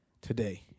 today